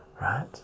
right